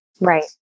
right